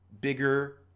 bigger